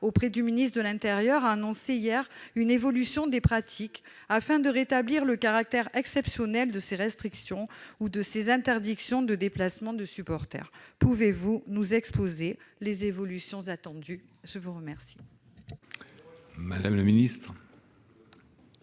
auprès du ministre de l'intérieur a annoncé hier une évolution des pratiques, afin de rétablir le caractère exceptionnel de ces restrictions ou de ces interdictions de déplacement de supporters. Pouvez-vous nous exposer les évolutions attendues ? Allez